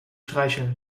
streicheln